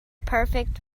perfect